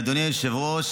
אדוני היושב-ראש,